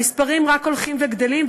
המספרים רק הולכים וגדלים,